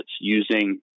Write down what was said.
using